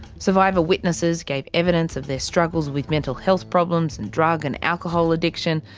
survivor witnesses gave evidence of their struggles with mental health problems and drug and alcohol addiction,